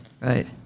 right